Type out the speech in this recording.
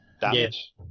damage